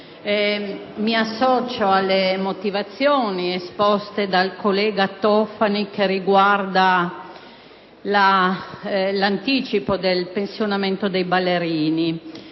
Mi associo alle motivazioni esposte dal collega Tofani in relazione all'anticipo del pensionamento dei ballerini.